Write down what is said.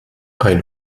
ein